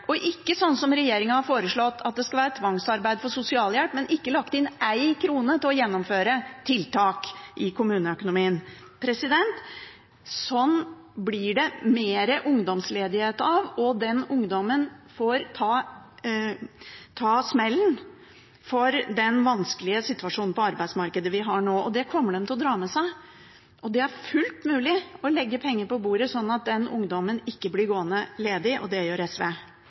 Ikke sånn som regjeringen har foreslått, at det skal være tvangsarbeid for sosialhjelp, men hvor de ikke har lagt inn én krone til å gjennomføre tiltak i kommuneøkonomien. Sånt blir det mer ungdomsledighet av. Den ungdommen får ta smellen for den vanskelige situasjonen på arbeidsmarkedet vi har nå, og det kommer de til å dra med seg. Det er fullt mulig å legge penger på bordet sånn at den ungdommen ikke blir gående ledig, og det gjør SV.